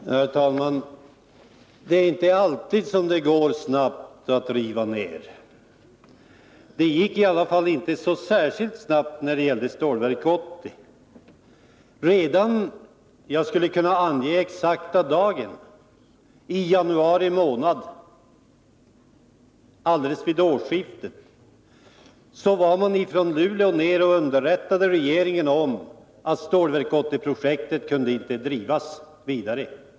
Herr talman! Det är inte alltid som det går snabbt att riva ner. Det gick i alla fall inte så särskilt snabbt när det gällde Stålverk 80. Jag skulle nästan kunna ange den exakta dagen redan i januari månad 1976, alldeles vid årsskiftet, när man ifrån Luleå var nere och underrättade regeringen om att Stålverk 80-projektet inte kunde drivas vidare.